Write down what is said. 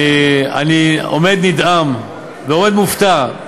אני עומד נדהם ועומד מופתע,